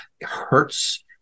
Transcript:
hurts